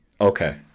Okay